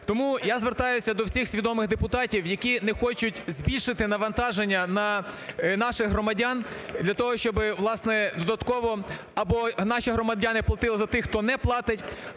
Тому я звертаюсь до всіх свідомих депутатів, які не хочуть збільшити навантаження на наших громадян. Для того, щоб власне додатково або наші громадяни платили за тих, хто не платить,